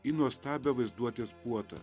į nuostabią vaizduotės puotą